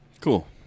Cool